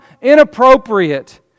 inappropriate